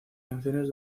canciones